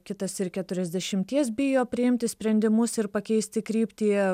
kitas ir keturiasdešimties bijo priimti sprendimus ir pakeisti kryptį